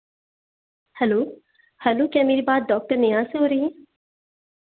hello hello क्या मेरी बात डॉक्टर नेहा से हो रही है